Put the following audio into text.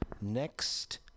next